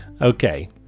Okay